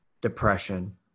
depression